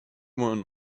one